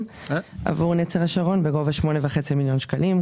עבור נצר השרון בגובה 8.5 מיליון שקלים.